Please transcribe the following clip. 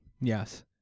Yes